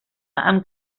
amb